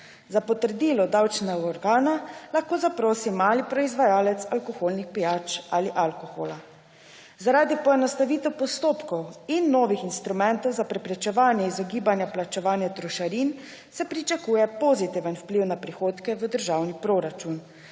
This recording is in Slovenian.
Za potrdilo davčnega organa lahko zaprosi mali proizvajalec alkoholnih pijač ali alkohola. Zaradi poenostavitve postopkov in novih instrumentov za preprečevanje izogibanja plačevanja trošarin se pričakuje pozitivni vpliv na prihodke v državni proračun.